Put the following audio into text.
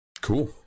cool